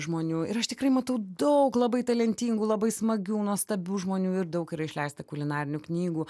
žmonių ir aš tikrai matau daug labai talentingų labai smagių nuostabių žmonių ir daug yra išleista kulinarinių knygų